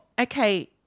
okay